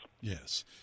Yes